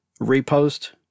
repost